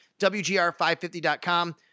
wgr550.com